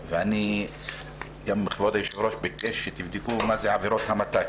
וגם כבוד היושב-ראש ביקש שתבדקו מה זה עבירות המתה.